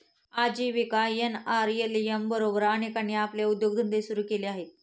आजीविका एन.आर.एल.एम बरोबर अनेकांनी आपले उद्योगधंदे सुरू केले आहेत